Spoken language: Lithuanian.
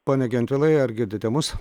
pone gentvilai ar girdite mus